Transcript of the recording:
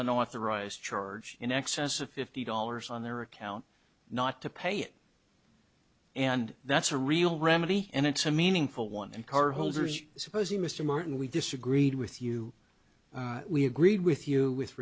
unauthorized charge in excess of fifty dollars on their account not to pay it and that's a real remedy and it's a meaningful one and cardholders supposing mr martin we disagreed with you we agreed with you with